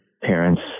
Parents